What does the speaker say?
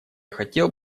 хотел